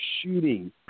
shooting